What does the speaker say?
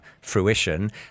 fruition